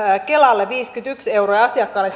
kelalle viisikymmentäyksi euroa ja asiakkaalle